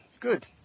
Good